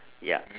ya